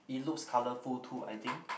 it looks colorful too I think